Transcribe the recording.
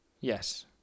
Yes